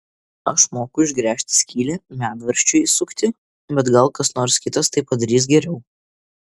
aš moku išgręžti skylę medvaržčiui įsukti bet gal kas nors kitas tai padarys geriau